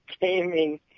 Gaming